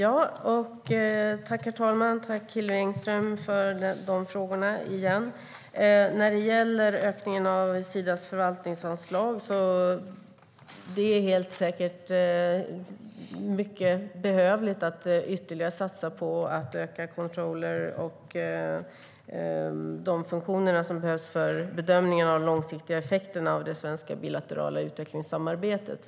Herr talman! Tack än en gång, Hillevi Engström, för frågorna! När det gäller Sidas förvaltningsanslag måste det helt säkert satsas ytterligare på att förbättra controllerfunktionen och de övriga funktioner som behövs för bedömningen av de långsiktiga effekterna av det svenska bilaterala utvecklingssamarbetet.